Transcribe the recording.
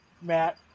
Matt